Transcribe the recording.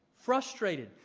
frustrated